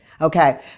Okay